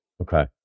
Okay